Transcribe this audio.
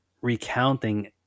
recounting